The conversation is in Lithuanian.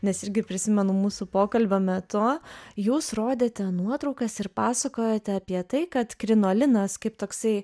nes irgi prisimenu mūsų pokalbio metu jūs rodėte nuotraukas ir pasakojote apie tai kad krinolinas kaip toksai